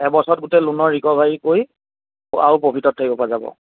এবছৰত গোটেই লোনৰ ৰিকভাৰী কৰি আৰু প্ৰফিটত থাকিব পৰা যাব